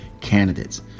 candidates